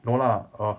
no lah err